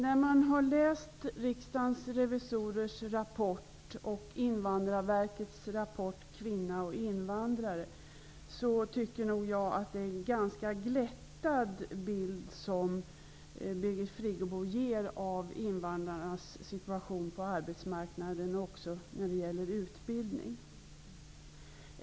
Fru talman! Efter att ha läst Riksdagens revisorers rapport och Invandrarverkets rapport Kvinna och invandrare tycker nog jag att det är en ganska glättad bild som Birgit Friggebo ger av invandrarnas situation på arbetsmarknaden och även när det gäller utbildningen.